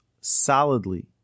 solidly